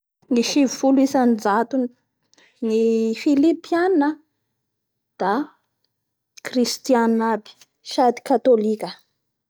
Ny fiteny frantsay zany da anisan'ny fiteny amesain'nizapo tontolo izao da io zany volohan'ny harendreony literatioran'ndreo koa da herendreo koa io.